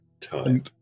time